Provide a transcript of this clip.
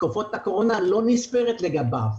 תקופת הקורונה לא נספרת לגביו.